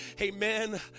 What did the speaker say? Amen